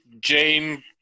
Jane